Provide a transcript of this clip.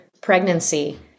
pregnancy